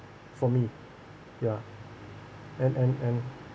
for me ya and and and